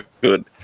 good